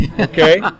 Okay